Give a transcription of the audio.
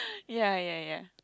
ya ya ya